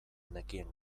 nekien